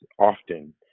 often